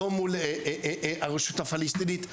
לא מול הרשות הפלסטינית,